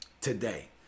today